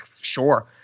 sure